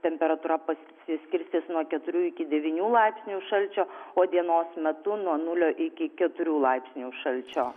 temperatūra pasiskirstys nuo keturių iki devynių laipsnių šalčio o dienos metu nuo nulio iki keturių laipsnių šalčio